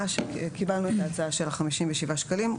קיבלנו את ההצעה של החמישים ושבעה שקלים.